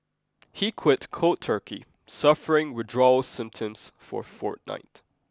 he quit cold turkey suffering withdrawal symptoms for a fortnight